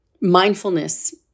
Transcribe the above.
Mindfulness